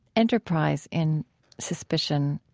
enterprise in suspicion,